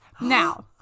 now